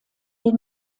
den